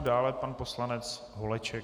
Dále pan poslanec Holeček.